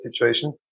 situation